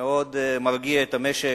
מאוד מרגיע את המשק.